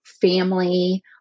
family